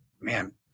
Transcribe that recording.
man